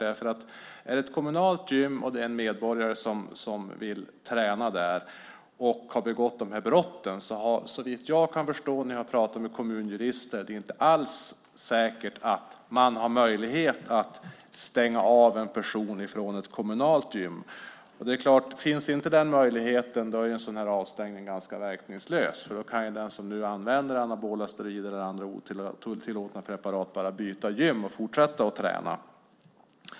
Vill en medborgare som har begått de här brotten träna på ett kommunalt gym är det, såvitt jag kan förstå när jag har pratat med kommunjurister, inte alls säkert att man har möjlighet att stänga av den personen. Finns inte den möjligheten är en sådan här avstängning ganska verkningslös, för då kan ju den som använder anabola steroider eller andra otillåtna preparat bara byta gym och fortsätta att träna.